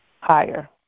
higher